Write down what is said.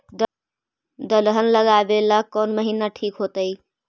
दलहन लगाबेला कौन महिना ठिक होतइ?